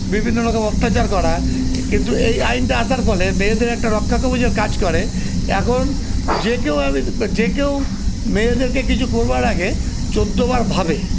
বিভিন্ন রকম অত্যাচার করা কিন্তু এই আইনটা আসার ফলে মেয়েদের একটা রক্ষাকবচের কাজ করে এখন যে কেউ যে কেউ মেয়েদেরকে কিছু করবার আগে চোদ্দবার ভাবে